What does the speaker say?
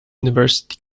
university